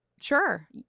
Sure